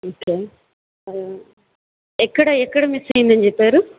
ఎక్కడ ఎక్కడ మిస్ అయ్యిందని చెప్పారు